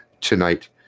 tonight